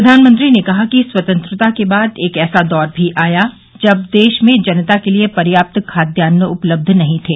प्रधानमंत्री ने कहा कि स्वतंत्रता के बाद एक ऐसा दौर भी आया जब देश में जनता के लिए पर्याप्त खाद्यान्न उपलब्ध नहीं थे